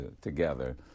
together